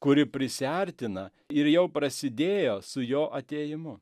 kuri prisiartina ir jau prasidėjo su jo atėjimu